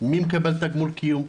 מי מקבל תגמול קיום,